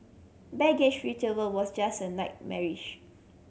baggage retrieval was just a nightmarish